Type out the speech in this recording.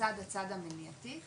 לצד הצד המניעתי,